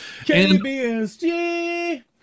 KBSG